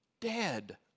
dead